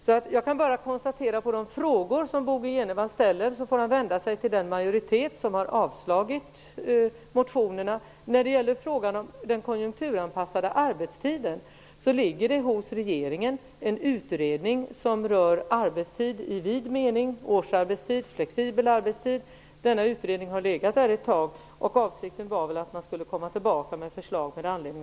Bo G Jenevall får rikta sina frågor till den majoritet som har avslagit motionerna. Beträffande den konjunkturanpassade arbetstiden vill jag säga att regeringen har tillsatt en utredning som rör arbetstid i vid mening -- årsarbetstid och flexibel arbetstid. Utredningen har funnits ett tag, och avsikten var att den skulle komma tillbaka med förslag.